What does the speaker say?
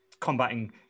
combating